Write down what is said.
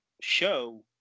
show